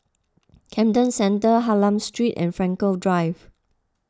Camden Centre Hylam Street and Frankel Drive